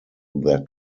their